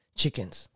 chickens